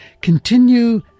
Continue